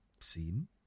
seen